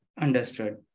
Understood